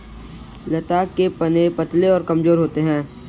लता के तने पतले और कमजोर होते हैं